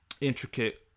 intricate